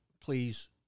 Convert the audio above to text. please